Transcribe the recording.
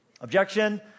Objection